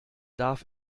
darf